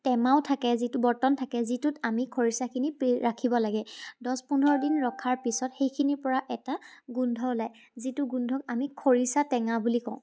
টেমাও থাকে যিটো বৰ্তন থাকে যিটোত আমি খৰিচাখিনি ৰাখিব লাগে দহ পোন্ধৰদিন ৰখাৰ পিছত সেইখিনিৰ পৰা এটা গোন্ধ ওলায় যিটো গোন্ধক আমি খৰিচা টেঙা বুলি কওঁ